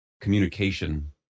communication